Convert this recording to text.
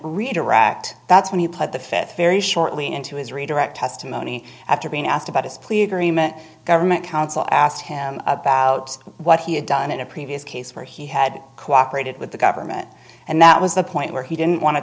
interact that's when he pled the fifth very shortly into his redirect testimony after being asked about his plea agreement government counsel asked him about what he had done in a previous case where he had cooperated with the government and that was the point where he didn't want to